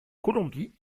colombie